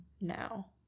now